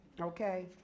okay